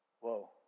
Whoa